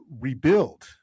rebuild